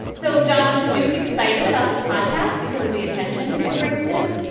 so joshes duke excited about this podcast because of the attention it brings him?